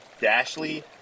Dashley